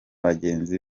bagenzi